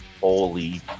Holy